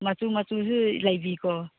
ꯃꯆꯨ ꯃꯆꯨꯁꯨ ꯂꯩꯕꯤꯀꯣ